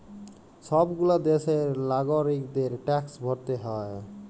সব গুলা দ্যাশের লাগরিকদের ট্যাক্স ভরতে হ্যয়